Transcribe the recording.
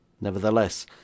Nevertheless